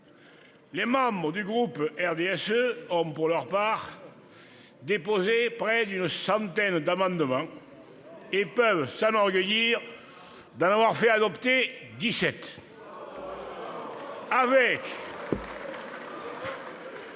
Les membres du groupe du RDSE ont, pour leur part, déposé près d'une centaine d'amendements et peuvent s'enorgueillir d'en avoir fait adopter dix-sept.